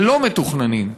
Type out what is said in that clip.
הלא-מתוכננים.